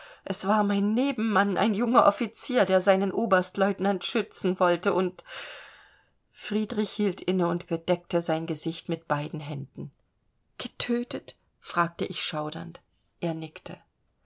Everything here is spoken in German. es war mein nebenmann ein junger offizier der seinen oberstlieutenant schützen wollte und friedrich hielt inne und bedeckte sein gesicht mit beiden händen getötet fragte ich schaudernd er nickte